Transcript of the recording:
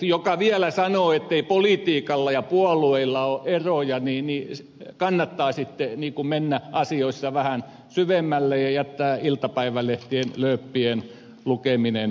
joka vielä sanoo ettei politiikalla ja puolueilla ole eroja niin hänen kannattaa sitten mennä asioissa vähän syvemmälle ja jättää iltapäivälehtien lööppien lukeminen vähemmälle